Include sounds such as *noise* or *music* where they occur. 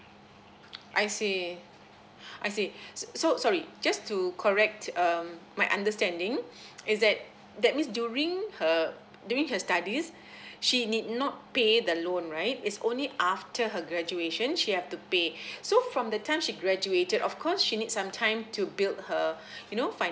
I see *breath* I see so so sorry just to correct um my understanding is that that means during her during her studies *breath* she need not pay the loan right it's only after her graduation she have to pay *breath* so from the time she graduated of course she needs some time to build her you know finances